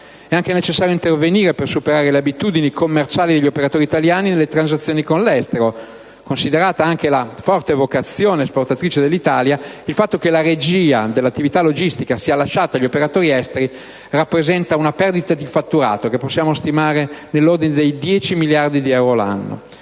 È anche necessario intervenire per superare le abitudini commerciali degli operatori italiani nelle transazioni con l'estero. Considerata anche la forte vocazione esportatrice dell'Italia, il fatto che la regia dell'attività di logistica sia lasciata agli operatori esteri rappresenta una perdita di fatturato, stimata nell'ordine di 10 miliardi di euro l'anno,